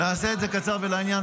נעשה את זה קצר ולעניין.